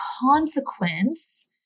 consequence